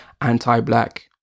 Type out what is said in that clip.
anti-black